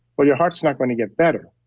well, your heart's not going to get better.